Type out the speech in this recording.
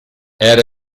era